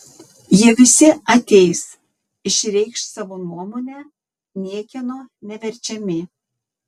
jie visi ateis išreikš savo nuomonę niekieno neverčiami